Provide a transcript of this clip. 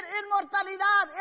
inmortalidad